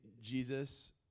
Jesus